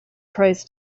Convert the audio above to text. tries